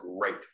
great